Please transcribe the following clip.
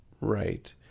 Right